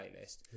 playlist